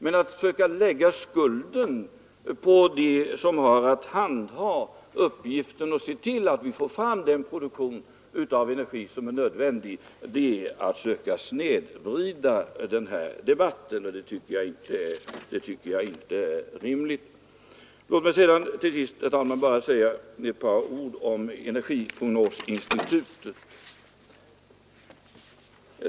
Men att försöka lägga skulden på dem som har att handha uppgiften att se till att vi får fram nödvändig energi är att snedvrida den här debatten, och det tycker jag inte är rimligt. Låt mig till sist, herr talman, säga några ord om energiprognosinstitutet.